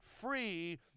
free